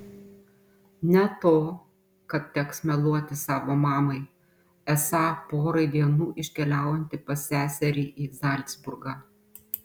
ne to kad teks meluoti savo mamai esą porai dienų iškeliaujanti pas seserį į zalcburgą